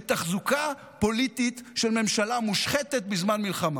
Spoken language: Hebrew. בתחזוקה פוליטית של ממשלה מושחתת בזמן מלחמה?